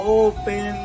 open